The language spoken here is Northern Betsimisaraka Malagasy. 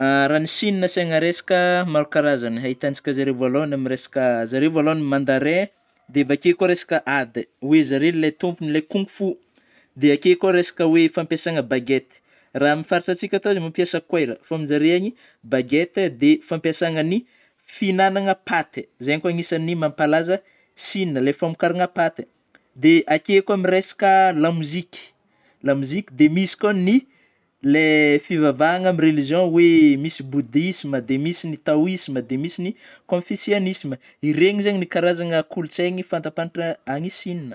Raha ny Chine no asiana resaka maro karazana ny ahitantsika zareo vôalohany zareo vôalohany mandarin dia avy akeo koa resaka ady zareo ilay tompon'ilay kung fu dia, akeo koa resaka oe fampiasana baguette raha amin'ny faritra antsika atô dia mampiasa koera fa amin'ny zareo any baguette dia ny fampiasanan'ny fihinanana paty anisany mampalaza Chine le famokarana paty, dia akeo koa amin'ny resaka lamoziky, lamoziky; dia misy koa ny- ilay fivavahagna amy religion hoe misy bodisme, de misy ny taoisme, de misy koa ny confisisme iregny zegny no karazana kolotsaigny fantapatatra any Chine.